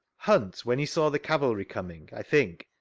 huntj when he saw the cavalry coming, i think,